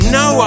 no